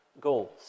goals